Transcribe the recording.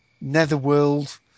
netherworld